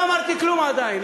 לא אמרתי כלום עדיין.